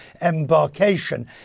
embarkation